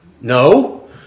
No